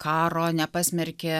karo nepasmerkė